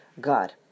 God